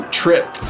trip